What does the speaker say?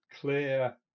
clear